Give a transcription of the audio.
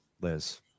Liz